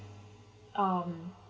um